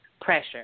pressure